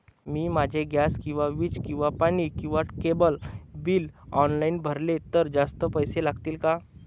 मी माझे गॅस किंवा वीज किंवा पाणी किंवा केबल बिल ऑनलाईन भरले तर जास्त पैसे लागतील का?